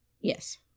Yes